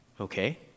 Okay